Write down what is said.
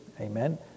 amen